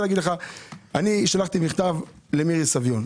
שלחתי מכתב למאיר סביון.